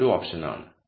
ഇത് ഒരു ഓപ്ഷനാണ്